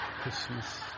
Christmas